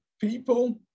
people